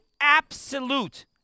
absolute